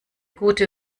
gute